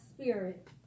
spirit